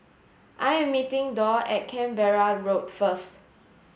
I am meeting Dorr at Canberra Road first